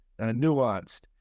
nuanced